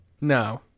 No